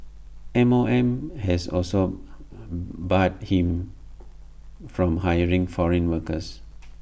M O M has also barred him from hiring foreign workers